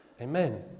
amen